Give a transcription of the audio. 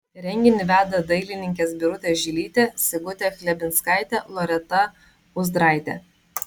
renginį veda dailininkės birutė žilytė sigutė chlebinskaitė loreta uzdraitė